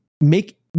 make